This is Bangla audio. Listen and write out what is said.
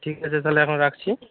ঠিক আছে তাহলে এখন রাখছি